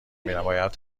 میرم، باید